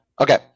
Okay